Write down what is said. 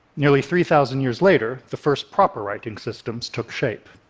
nearly three thousand years later, the first proper writing systems took shape.